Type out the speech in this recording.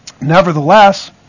nevertheless